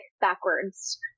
backwards